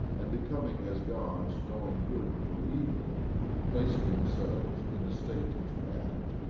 and becoming as gods, knowing good from evil placing themselves in a state to act,